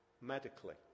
medically